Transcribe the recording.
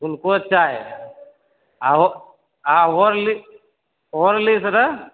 glucose चाही आ हो आ होरली होर्लिक्स रऽ